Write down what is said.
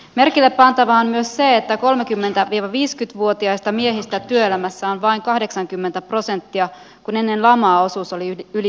merkillepantavaa on myös se että kolmekymmentä ja viiskytvuotiaista miehistä työelämässä on vain kahdeksankymmentä prosenttia kun ennen lamaa osuus oli yli